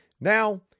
Now